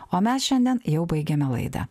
o mes šiandien jau baigiame laidą